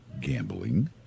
gambling